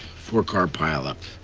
four car pile-up.